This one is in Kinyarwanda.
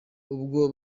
ubwo